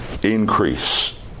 increase